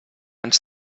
ens